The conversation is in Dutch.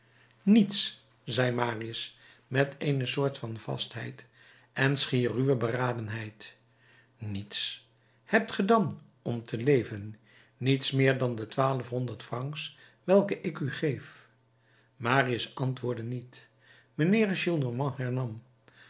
niets zei marius met eene soort van vastheid en schier ruwe beradenheid niets hebt ge dan om te leven niets meer dan de twaalfhonderd francs welke ik u geef marius antwoordde niet mijnheer gillenormand